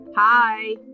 hi